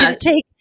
take